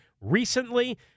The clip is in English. recently